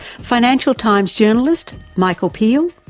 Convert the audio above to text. financial times journalist, michael peel,